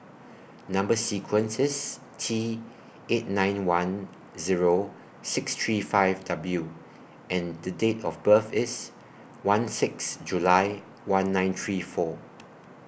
Number sequence IS T eight nine one Zero six three five W and The Date of birth IS one six July one nine three four